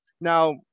Now